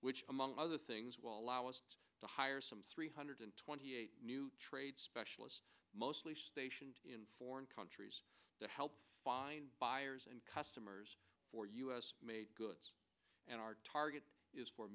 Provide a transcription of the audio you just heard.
which among other things will allow us to hire some three hundred twenty eight new trade specialists mostly stationed in foreign countries to help find buyers and customers for u s made goods and our target is for